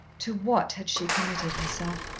to what had she committed herself?